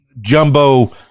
jumbo